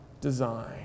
design